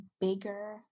bigger